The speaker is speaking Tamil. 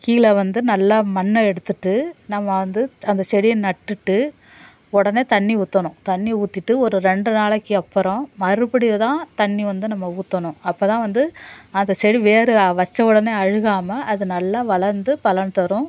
கீழே வந்து நல்லா மண்ணை எடுத்துட்டு நம்ம வந்து அந்த செடியை நட்டுவிட்டு உடனே தண்ணி ஊற்றணும் தண்ணி ஊற்றிட்டு ஒரு ரெண்டு நாளைக்கு அப்புறோம் மறுபடி தான் தண்ணி வந்து நம்ப ஊற்றணும் அப்போ தான் வந்து அந்த செடி வேர் வச்ச உடனே அழுகாமல் அது நல்லா வளர்ந்து பலன் தரும்